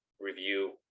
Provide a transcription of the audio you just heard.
review